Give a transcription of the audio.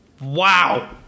Wow